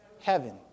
Heaven